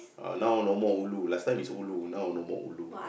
uh now no more ulu last time is ulu now no more ulu